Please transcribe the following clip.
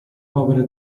povere